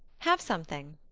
have something.